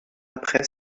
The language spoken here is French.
après